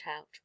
out